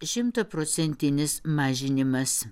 šimtaprocentinis mažinimas